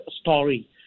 story